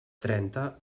trenta